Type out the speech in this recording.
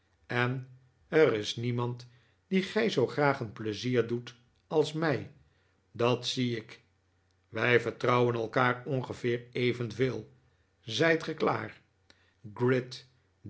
en er is niemand dien gij zoo graag een pleizier doet als mij dat zie ik wij vertrouwen elkaar ongeveer evenveel zijt ge klaar gride